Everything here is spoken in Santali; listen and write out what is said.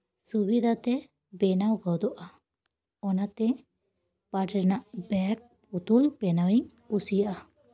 ᱥᱩᱵᱤᱫᱷᱟ ᱛᱮ ᱵᱮᱱᱟᱣ ᱜᱚᱫᱚᱜᱼᱟ ᱚᱱᱟᱛᱮ ᱯᱟᱴᱷ ᱨᱮᱱᱟᱜ ᱵᱮᱜᱽ ᱯᱩᱛᱩᱞ ᱵᱮᱱᱟᱣᱤᱧ ᱠᱩᱥᱤᱭᱟᱜᱼᱟ